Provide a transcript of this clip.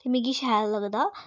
ते मिगी शैल लगदा